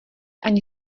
ani